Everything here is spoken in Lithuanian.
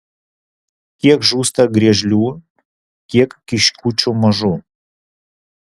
kiek žūsta griežlių kiek kiškučių mažų